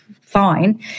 fine